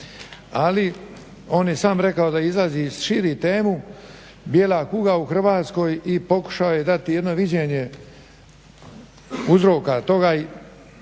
ali on je sam rekao da izlazi i širi temu, bijela kuga u Hrvatskoj i pokušao je dati jedno viđenje uzroka toga,